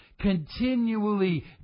continually